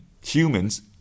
humans